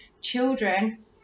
children